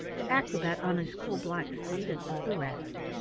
the acrobat on his coal-black steed, and all the rest.